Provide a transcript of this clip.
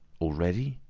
already?